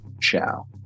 Ciao